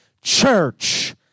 church